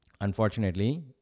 Unfortunately